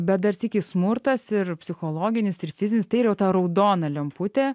bet dar sykį smurtas ir psichologinis ir fizinis tai yra jau ta raudona lemputė